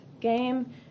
game